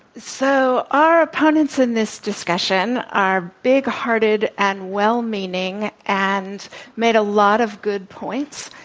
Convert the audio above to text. so, our opponents in this discussion are big-hearted and well-meaning and made a lot of good points.